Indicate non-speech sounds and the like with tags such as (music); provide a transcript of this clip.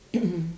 (coughs)